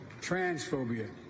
transphobia